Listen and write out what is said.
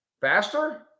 Faster